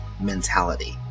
mentality